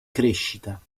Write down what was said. crescita